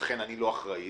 ולכן אני לא אחראי,